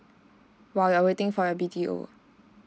while you're waiting for your B_T_O